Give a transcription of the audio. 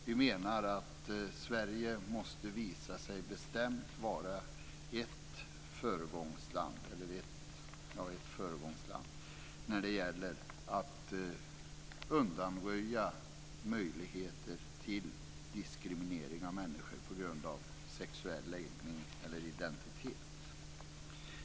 Vi menar att Sverige måste visa sig bestämt vara ett föregångsland när det gäller att undanröja möjligheter till diskriminering av människor på grund av sexuell läggning eller identitet.